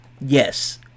yes